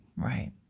right